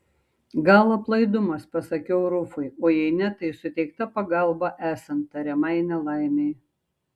gal aplaidumas pasakiau rufui o jei ne tai suteikta pagalba esant tariamai nelaimei